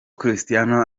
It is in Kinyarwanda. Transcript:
christiano